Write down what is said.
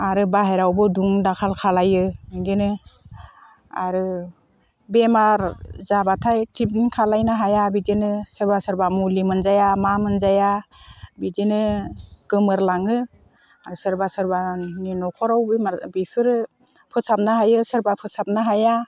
आरो बाहेरावबो दुम दाखाल खालामो बिदिनो आरो बेमार जाबाथाय ट्रिटमेन्ट खालामनो हाया बिदिनो सोरबा सोरबा मुलि मोनजाया मा मोनजाया बिदिनो गोमोरलाङो आरो सोरबा सोरबानि न'खराव बेफोरो फोसाबनो हायो सोरबा फोसाबनो हाया